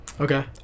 okay